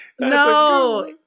No